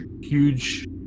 huge